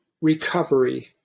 recovery